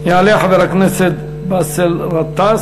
יעלה חבר הכנסת באסל גטאס,